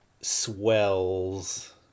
swells